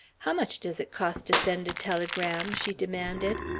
how much does it cost to send a telegram? she demanded.